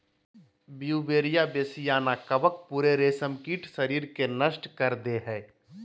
Beauveria bassiana कवक पूरे रेशमकीट शरीर के नष्ट कर दे हइ